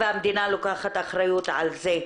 והמדינה לוקחת אחריות על זה.